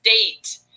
date